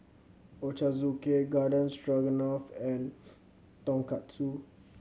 Ochazuke Garden Stroganoff and Tonkatsu